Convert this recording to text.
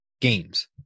games